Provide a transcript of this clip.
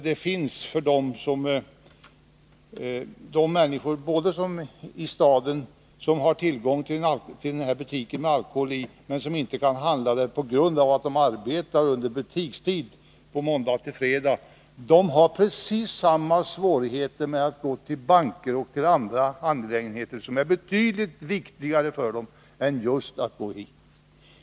De stadsbor som har tillgång till en systembutik men inte kan handla där, eftersom de arbetar under butikens öppethållande på måndagar-fredagar, har precis samma svårigheter när det gäller bankärenden och andra angelägenheter som är betydligt viktigare för dem än just besöken i systembutiken.